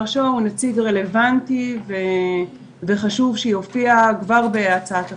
הוא נציג רלוונטי וחשוב שיופיע כבר בהצעת החוק.